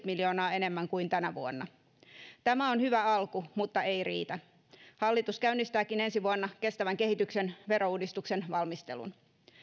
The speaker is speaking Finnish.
miljoonaa enemmän kuin tänä vuonna tämä on hyvä alku mutta ei riitä hallitus käynnistääkin ensi vuonna kestävän kehityksen verouudistuksen valmistelun